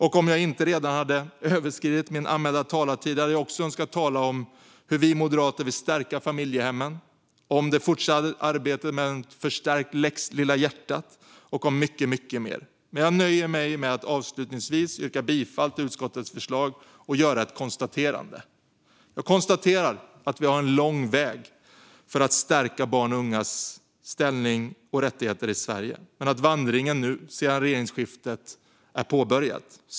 Och om jag inte redan hade överskridit min anmälda talartid hade jag också önskat tala om hur vi moderater vill stärka familjehemmen, om det fortsatta arbetet med en förstärkt lex Lilla hjärtat och om mycket, mycket mer. Men jag nöjer mig med att avslutningsvis yrka bifall till utskottets förslag och göra ett konstaterande. Jag konstaterar att vi har en lång väg att gå för att stärka barns och ungas ställning och rättigheter i Sverige men att vandringen nu, sedan regeringsskiftet, är påbörjad.